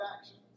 actions